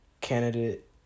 candidate